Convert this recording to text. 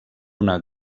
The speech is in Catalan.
una